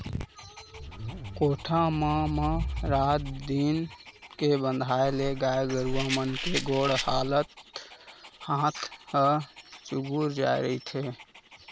कोठा म म रात दिन के बंधाए ले गाय गरुवा मन के गोड़ हात ह चूगूर जाय रहिथे